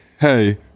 hey